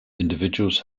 individuals